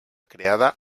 creada